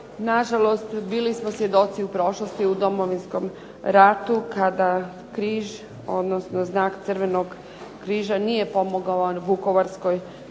Na žalost bili smo svjedoci u prošlosti u Domovinskom ratu kada križ, odnosno znak Crvenog križa nije pomogao vukovarskoj